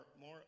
more